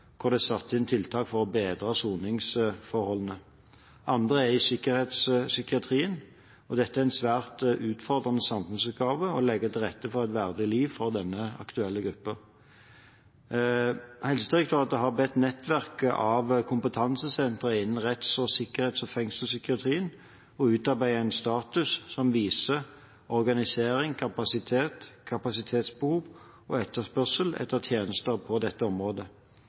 hvor det er satt inn tiltak for å bedre soningsforholdene. Andre er i sikkerhetspsykiatrien. Det er en svært utfordrende samfunnsoppgave å legge til rette for et verdig liv for denne aktuelle gruppen. Helsedirektoratet har bedt nettverket av kompetansesentre innen retts-, og sikkerhets- og fengselspsykiatrien om å utarbeide en status som viser organisering, kapasitet, kapasitetsbehov og etterspørsel etter tjenester på dette området.